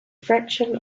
fraction